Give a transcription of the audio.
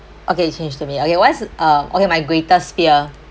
okay change to me okay what's uh okay my greatest fear